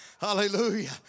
hallelujah